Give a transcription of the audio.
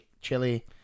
chili